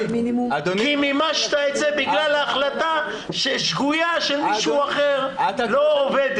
כי מימשת את זה בגלל החלטה שגויה שמישהו אחר לא עובד.